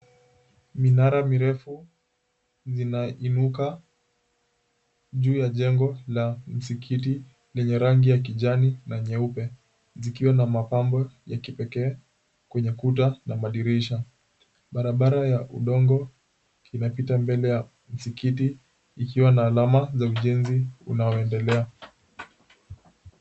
Minara mirefu zinainuka juu ya jengo la msikiti lenye rangi ya kijani na nyeupe zikiwa na mapambo ya kipekee kwenye kuta na madirisha. Barabara ya udongo inapita mbele ya msikiti ikiwa na alama za ujenzi unaoendelea.